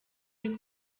ruri